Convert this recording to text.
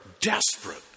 desperate